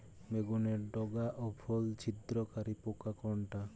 বেগুনের ডগা ও ফল ছিদ্রকারী পোকা কোনটা?